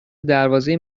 دروازه